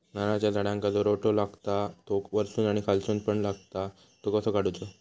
नारळाच्या झाडांका जो रोटो लागता तो वर्सून आणि खालसून पण लागता तो कसो काडूचो?